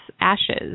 Ashes